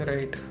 Right